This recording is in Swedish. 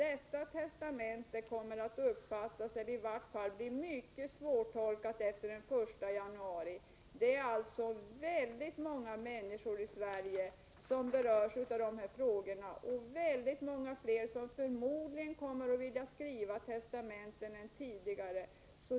Ett sådant testamente kommer att bli mycket svårtolkat efter den 1 januari. Det är alltså väldigt många människor i Sverige som berörs, och förmodligen ännu fler som kommer att vilja skriva sina testamenten tidigare.